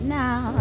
now